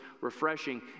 refreshing